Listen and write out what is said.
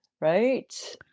Right